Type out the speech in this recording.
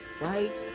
right